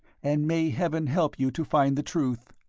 and may heaven help you to find the truth.